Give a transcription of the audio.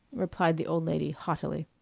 replied the old lady, haughtily.